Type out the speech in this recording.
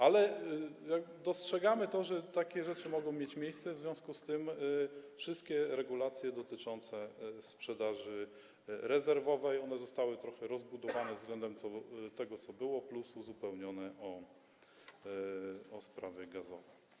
Ale dostrzegamy to, że takie rzeczy mogą mieć miejsce, w związku z tym wszystkie regulacje dotyczące sprzedaży rezerwowej zostały trochę rozbudowane względem tego, co było, a także uzupełnione o sprawy gazowe.